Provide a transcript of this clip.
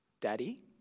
Daddy